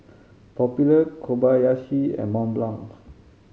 Popular Kobayashi and Mont Blanc